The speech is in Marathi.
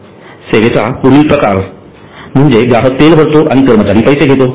सेवेचा पुढील प्रकार म्हणजे ग्राहक तेल भरतो आणि कर्मचारी पैसे घेतो